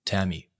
Tammy